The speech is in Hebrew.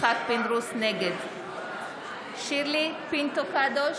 נגד שירלי פינטו קדוש,